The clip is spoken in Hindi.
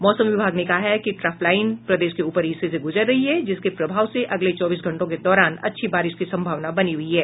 मौसम विभाग ने कहा है कि ट्रफलाइन प्रदेश के ऊपरी हिस्से से गुजर रही है जिसके प्रभाव से अगले चौबीस घंटों के दौरान अच्छी बारिश की संभावना बनी हुयी है